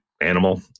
animal